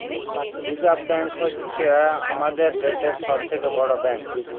reserve bank হ্য়চ্ছ হামাদের দ্যাশের সব থেক্যে বড় ব্যাঙ্ক